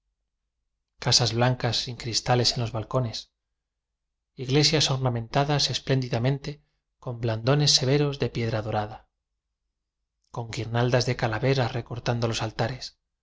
casas blancas sin cristales en los balco nes iglesias ornamentadas espléndidamen te con blandones severos de piedra dorada con guirnaldas de calaveras recortando los altares